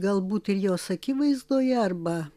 galbūt ir jos akivaizdoje arba